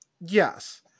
Yes